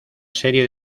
serie